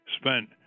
spent